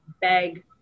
beg